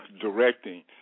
directing